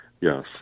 Yes